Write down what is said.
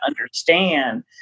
understand